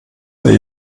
sehr